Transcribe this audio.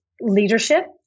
leadership